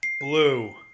Blue